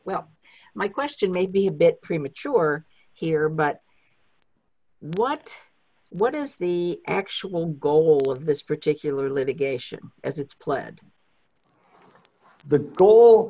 well my question may be a bit premature here but what what is the actual goal of this particular litigation as it's planned the goal